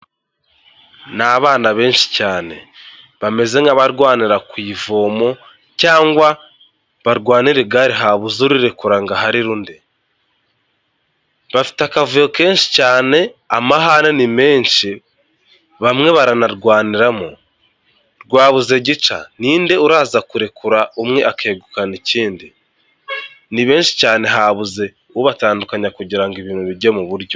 Ni abana benshi cyane, bameze nk'abarwanira ku ivomo cyangwa barwanira igare habuze urirekura ngo aharire undi. Bafite akavuyo kenshi cyane, amahane ni menshi, bamwe baranarwaniramo rwabuze gica! ni nde uraza kurekura umwe akegukana ikindi? ni benshi cyane habuze ubatandukanya kugira ngo ibintu bijye mu buryo.